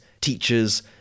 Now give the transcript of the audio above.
teachers